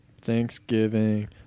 Thanksgiving